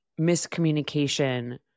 miscommunication